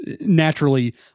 naturally